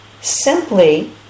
simply